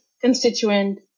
constituent